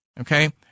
Okay